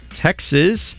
Texas